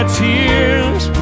tears